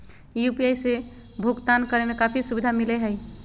UPI से भुकतान करे में काफी सुबधा मिलैय हइ